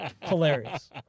Hilarious